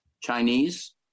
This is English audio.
Chinese